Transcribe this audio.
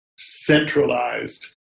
centralized